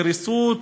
תהרסו,